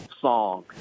song –